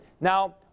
Now